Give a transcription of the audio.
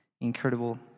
incredible